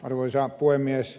arvoisa puhemies